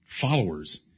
followers